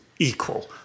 equal